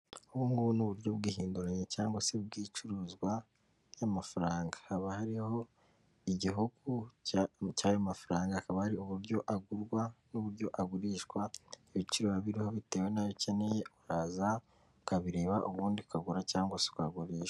Ubungubu ni uburyo bw'ihinduranya cyangwa se bw'icuruzwa ry'amafaranga. Haba hariho igihugu cy'ayo mafaranga, hakaba hari uburyo agurwa n'uburyo agurishwa. Ibiciro biriho bitewe n'ayo akeneye, uraza ukabireba ubundi ukagura cyangwa se ukagurisha.